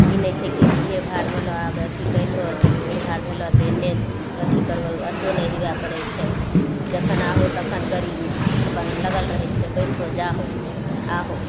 ई नहि छै कि भीड़ भाड़ होलो आब अथी कयलहो तऽ भीड़ भाड़ भेलय तऽ एन्ने अथी करबो असो नहि हुवै पड़य छै जखन आहो तखन गाड़ी अपन लगल रहय छै बैठो जाहो आहो